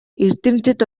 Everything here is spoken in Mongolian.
эрдэмтэд